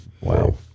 Wow